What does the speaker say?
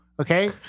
okay